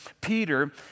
Peter